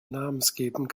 namensgebend